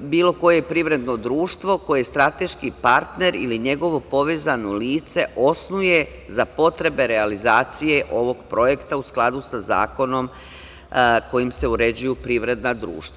bilo koje privredno društvo koje strateški partner ili njegovo povezano lice osnuje za potrebe realizacije ovog projekta u skladu sa zakonom kojim se uređuju privredna društva.